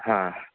हां